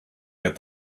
get